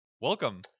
welcome